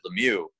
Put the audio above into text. lemieux